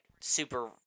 super